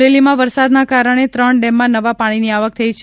અમરેલીમાં વરસાદના કારણે ત્રણ ડેમમાં નવા પાણીની આવક થઈ છે